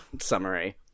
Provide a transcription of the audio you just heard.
summary